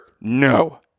No